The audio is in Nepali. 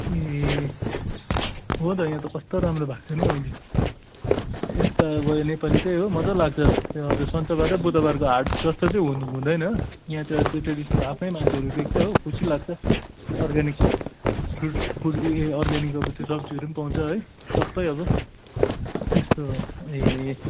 ए हो त यहाँ त कस्तो राम्रो भएको छ नि अहिले यता गयो नेपालीकै हो मजा लाग्छ हजुर सन्चबार र बुधबारको हाट जस्तो चाहिँ हुँदैन यहाँ चाहिँ अहिले त्यो ट्राडिसनल आफ्नै मान्छेहरू देख्छ हो खुसी लाग्छ अर्ग्यानिक फुड फुड उयो अर्ग्यानिक अब त्यो सब्जीहरू पनि पाउँछ है सबै अब त्यस्तो हो ए